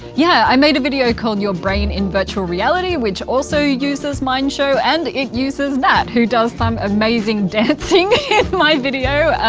yeah, i made a video called your brain in virtual reality which also uses mind show and it uses nat, who does some amazing dancing in my video.